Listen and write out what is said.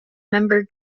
member